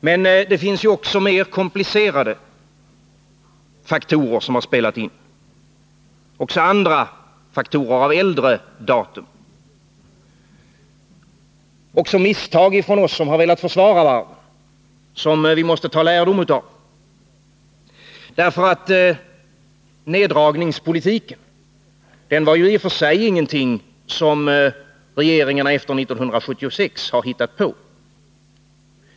Men det finns också mer komplicerade faktorer, som har spelat en roll. Det finns även faktorer av äldre datum. Misstag har begåtts av oss som velat försvara varven, misstag som vi måste dra lärdom av. Neddragningspolitiken är ingenting som regeringarna efter 1976 har hittat på.